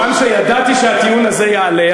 כיוון שידעתי שהטיעון הזה יעלה,